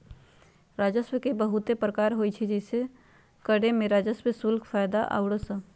राजस्व के बहुते प्रकार होइ छइ जइसे करें राजस्व, शुल्क, फयदा आउरो सभ